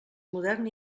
modern